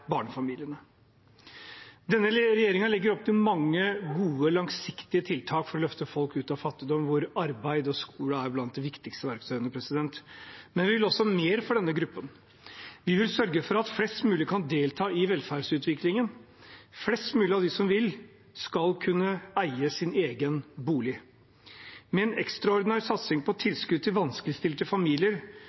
legger opp til mange gode og langsiktige tiltak for å løfte folk ut av fattigdom, og arbeid og skole er blant de viktigste verktøyene. Men vi vil mer for denne gruppen. Vi vil sørge for at flest mulig kan delta i velferdsutviklingen. Flest mulig av dem som vil, skal kunne eie sin egen bolig. Med en ekstraordinær satsing på tilskudd til vanskeligstilte familier